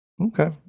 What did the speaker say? Okay